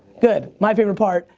good. my favorite part,